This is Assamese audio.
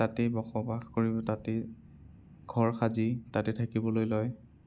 তাতেই বসবাস কৰি তাতেই ঘৰ সাজি তাতেই থাকিবলৈ লয়